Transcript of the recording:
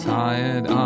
tired